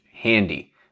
Handy